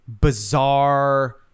bizarre